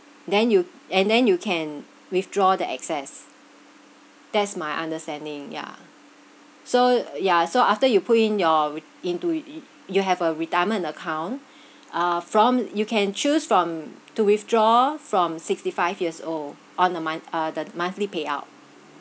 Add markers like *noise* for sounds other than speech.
then you and then you can withdraw the excess that's my understanding ya so ya so after you put in your *noise* into *noise* you have a retirement account ah from you can choose from to withdraw from sixty five years old on a mon~ uh the monthly payout